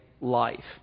life